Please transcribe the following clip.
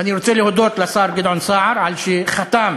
ואני רוצה להודות לשר גדעון סער על שחתם